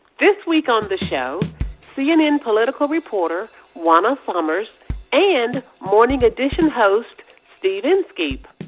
this week on the show cnn political reporter juana summers and morning edition host steve inskeep.